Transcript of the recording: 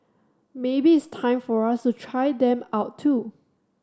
maybe it's time for us to try them out too